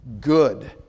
good